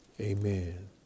Amen